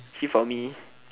actually for me